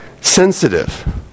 Sensitive